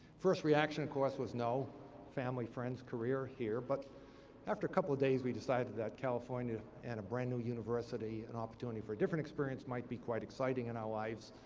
first reaction, of course, was no family, friends, career here. but after a couple of days, we decided that california and a brand new university, an opportunity for a different experience might be quite exciting in our lives,